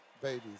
babies